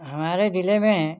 हमारे ज़िले में